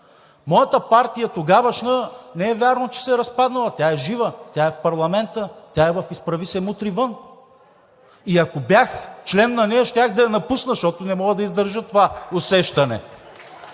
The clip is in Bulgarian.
Моята тогавашна партия не е вярно, че се е разпаднала. Тя е жива, тя е в парламента, тя е в „Изправи се! Мутри вън!“. Ако бях неин член, щях да я напусна, защото не мога да издържа това усещане.